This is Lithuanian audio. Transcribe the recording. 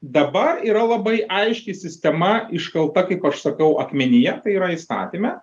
dabar yra labai aiški sistema iškalta kaip aš sakau akmenyje tai yra įstatyme